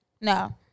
No